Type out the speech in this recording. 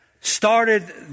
started